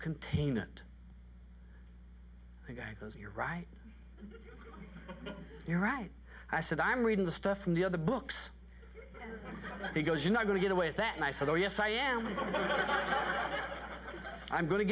contain it you're right you're right i said i'm reading the stuff from the other books because you're not going to get away with that and i said oh yes i am i'm going to